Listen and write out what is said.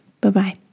Bye-bye